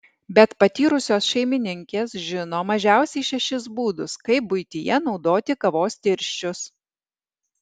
bet patyrusios šeimininkės žino mažiausiai šešis būdus kaip buityje naudoti kavos tirščius